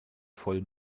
voll